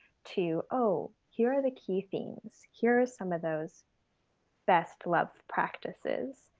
to, oh, here are the key things, here are some of those best love practices.